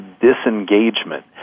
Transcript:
disengagement